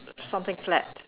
something flat